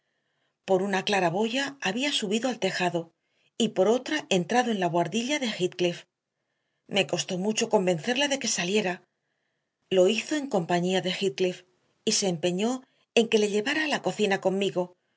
por una claraboya había subido al tejado y por otra entrado en la buhardilla de heathcliff me costó mucho convencerla de que saliera lo hizo en compañía de heathcliff y se empeñó en que le llevara a la cocina conmigo